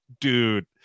dude